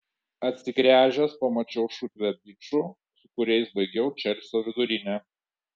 atsigręžęs pamačiau šutvę bičų su kuriais baigiau čelsio vidurinę